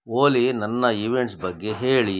ಓಲಿ ನನ್ನ ಇವೆಂಟ್ಸ್ ಬಗ್ಗೆ ಹೇಳಿ